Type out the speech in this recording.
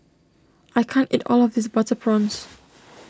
I can't eat all of this Butter Prawns